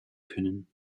können